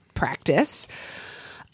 Practice